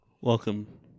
Welcome